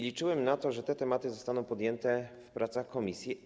Liczyłem na to, że te tematy zostaną podjęte w pracach komisji.